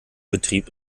betrieb